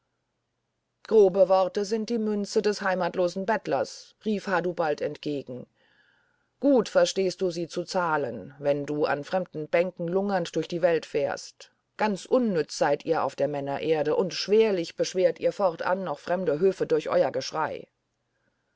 grobe worte sind die münze des heimatlosen bettlers rief hadubald entgegen gut verstehst du sie zu zahlen wenn du an fremden bänken lungernd durch die welt fährst ganz unnütz seid ihr auf der männererde und schwerlich beschwert ihr fortan noch fremde höfe durch euer geschrei